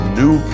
new